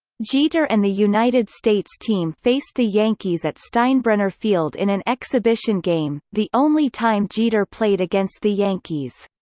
jeter and the united states team faced the yankees at steinbrenner field in an exhibition game, the only time jeter played against the yankees.